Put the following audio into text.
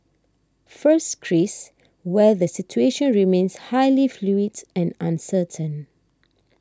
first Greece where the situation remains highly fluid and uncertain